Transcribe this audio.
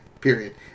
Period